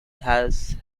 has